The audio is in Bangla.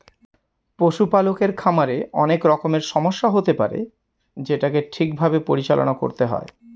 পশুপালকের খামারে অনেক রকমের সমস্যা হতে পারে যেটাকে ঠিক ভাবে পরিচালনা করতে হয়